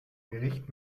gericht